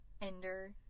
Ender